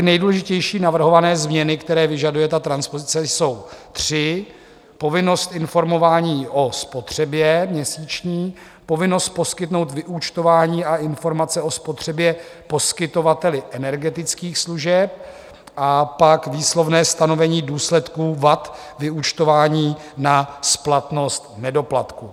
Nejdůležitější navrhované změny, které vyžaduje transpozice, jsou tři: povinnost informování o spotřebě měsíční, povinnost poskytnout vyúčtování a informace o spotřebě poskytovateli energetických služeb a pak výslovné stanovení důsledků vad vyúčtování na splatnost nedoplatku.